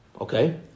Okay